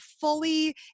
fully